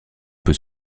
peut